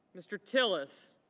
mr. tillis.